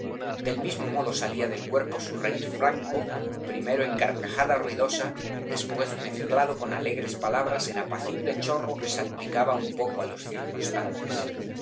del mismo modo salía del cuerpo su reir franco primero en carcajada ruidosa después mezclado con alegres palabras en apacible chorro que salpicaba un poco á los